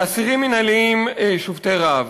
באסירים מינהליים שובתי רעב.